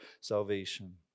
salvation